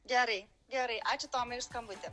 gerai gerai ačiū tomai už skambutį